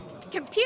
Computer